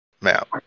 Map